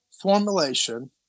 formulation